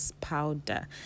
powder